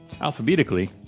alphabetically